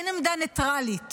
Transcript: אין עמדה ניטרלית,